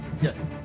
yes